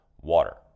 water